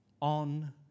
on